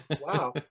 Wow